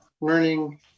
Learning